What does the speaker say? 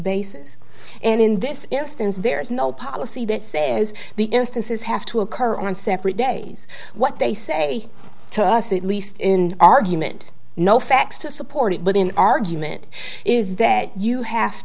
basis and in this instance there is no policy that says the instances have to occur on separate days what they say to us at least in argument no facts to support it but in argument is that you have